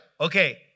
Okay